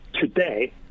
today